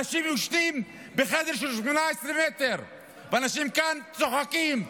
אנשים ישנים בחדר של 18 מטר ואנשים כאן צוחקים.